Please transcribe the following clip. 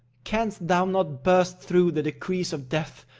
canst thou not burst through the decrees of death,